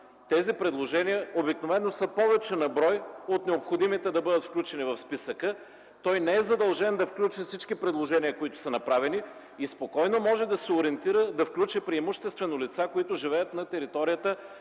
Тези предложения обикновено са повече на брой от необходимите да бъдат включени в списъка. Той не е задължен да включи всички предложения, които са направени, и спокойно може да се ориентира да включи преимуществено лица, които живеят на територията